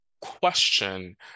question